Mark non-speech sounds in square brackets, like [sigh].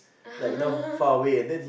[laughs]